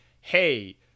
hey